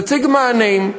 תציג מענים,